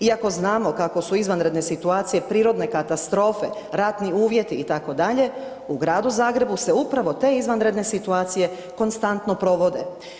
Iako znamo kako su izvanredne situacije prirodne katastrofe, ratni uvjeti itd., u Gradu Zagrebu se upravo te izvanredne situacije konstantno provode.